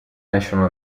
national